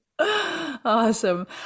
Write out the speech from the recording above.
Awesome